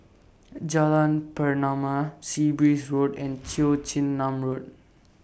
Jalan Pernama Sea Breeze Road and Cheong Chin Nam Road